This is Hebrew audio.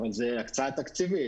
אבל זו הקצאה תקציבית,